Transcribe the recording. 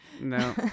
no